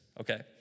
okay